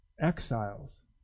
exiles